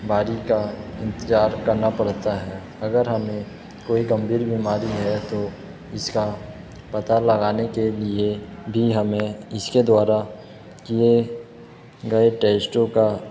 बारी का इंतजार करना पड़ता है अगर हमें कोई गंभीर बीमारी है तो इसका पता लगाने के लिए भी हमें इसके द्वारा किए गए टेस्टों का